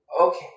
Okay